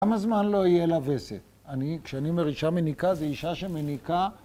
למה זמן לא יהיה לה וסת? אני, כשאני אומר אישה מניקה, זו אישה שמניקה...